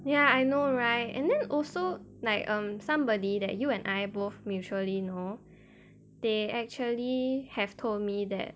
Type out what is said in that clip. ya I know right and then also like um somebody that you and I both mutually know they actually have told me that